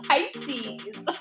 Pisces